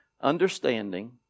understanding